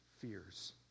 fears